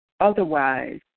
otherwise